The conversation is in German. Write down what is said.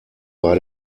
war